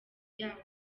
yaho